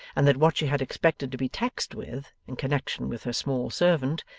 and that what she had expected to be taxed with, in connection with her small servant,